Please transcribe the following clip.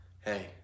Hey